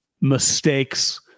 mistakes